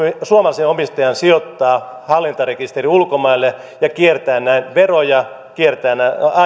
omistajan sijoittaa hallintarekisteriin ulkomaille ja kiertää näin veroja